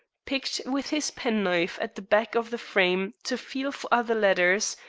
picked with his penknife at the back of the frame to feel for other letters,